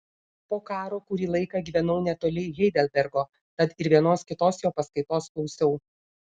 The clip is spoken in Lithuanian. po karo kurį laiką gyvenau netoli heidelbergo tad ir vienos kitos jo paskaitos klausiau